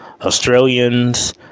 Australians